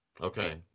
Okay